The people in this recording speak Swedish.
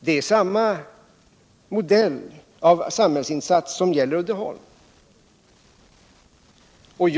Det är samma modell av samhällsinsats som gäller för Uddeholm.